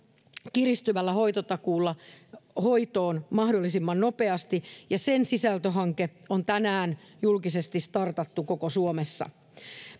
kiristyvällä hoitotakuulla hoitoon mahdollisimman nopeasti ja sen sisältöhanke on tänään julkisesti startattu koko suomessa